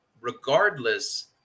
Regardless